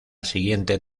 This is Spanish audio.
siguiente